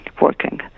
working